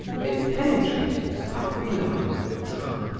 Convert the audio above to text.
they penetrated the papillae of the tongue,